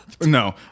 no